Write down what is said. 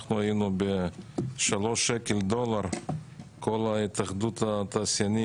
כשאנחנו היינו בשלושה שקלים דולר כל התאחדות התעשיינים